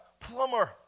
plumber